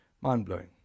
Mind-blowing